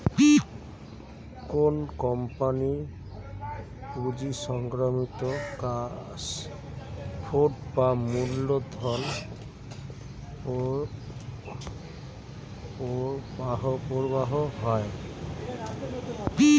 কোন কোম্পানির পুঁজি সংক্রান্ত ক্যাশ ফ্লো বা মূলধন প্রবাহ হয়